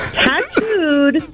tattooed